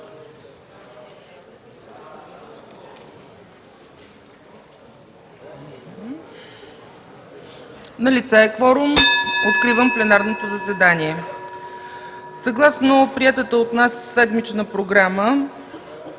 Налице е кворум – откривам пленарното заседание. (Звъни.) Съгласно приетата от нас седмична програма,